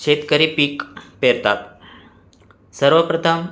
शेतकरी पीक पेरतात सर्वप्रथम